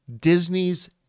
Disney's